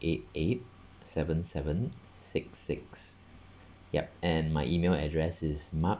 eight eight seven seven six six yup and my email address is mark